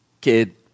kid